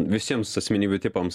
visiems asmenybių tipams